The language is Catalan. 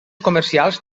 comercials